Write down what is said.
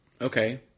Okay